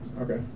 Okay